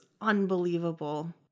unbelievable